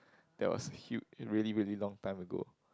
that was huge really really long time ago